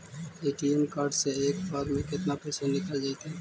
ATM card से एक बार में केतना पैसा निकल जइतै?